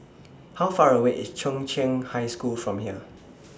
How Far away IS Chung Cheng High School from here